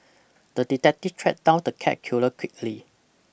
the detective tracked down the cat killer quickly